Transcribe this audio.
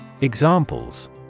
Examples